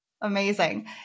Amazing